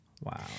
Wow